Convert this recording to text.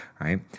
right